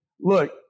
Look